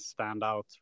standout